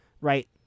right